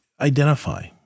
identify